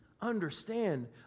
Understand